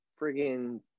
friggin